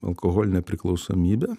alkoholinė priklausomybė